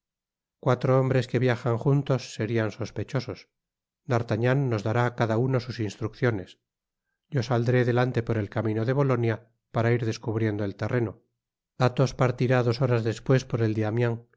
cuatro hombres que viajan juntos serian sospechosos d'artagnan nos dará ácada uno sus instrucciones yo saldré delante por el camino de bolonia para ir descubriendo el terreno athos partirá dos horas despues por el